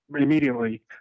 immediately